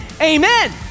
amen